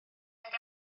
mynd